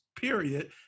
period